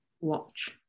watch